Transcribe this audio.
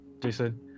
Jason